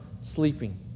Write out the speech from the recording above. sleeping